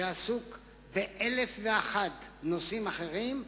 שעסוק באלף ואחד נושאים אחרים,